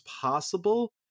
possible